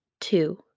Two